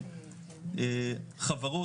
לחברות.